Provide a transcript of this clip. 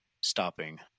stopping